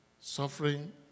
Suffering